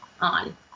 on